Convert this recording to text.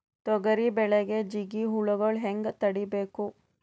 ತೊಗರಿ ಬೆಳೆಗೆ ಜಿಗಿ ಹುಳುಗಳು ಹ್ಯಾಂಗ್ ತಡೀಬೇಕು?